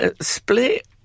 split